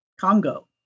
Congo